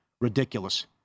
Ridiculous